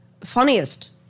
funniest